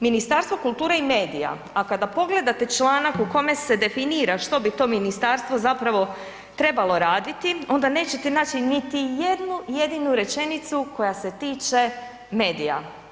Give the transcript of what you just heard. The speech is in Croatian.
Ministarstvo kulture i medija, a kada pogledate članak u kome se definira što bi to ministarstvo zapravo trebalo raditi, onda nećete nać niti jednu jedinu rečenicu koja se tiče medija.